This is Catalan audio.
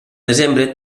desembre